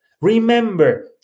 Remember